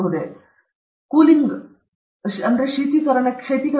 ಆದ್ದರಿಂದ ಕೂಲಿಂಗ್ಗಾಗಿ ಎಷ್ಟು ಸಮಯ ತೆಗೆದುಕೊಳ್ಳುತ್ತದೆ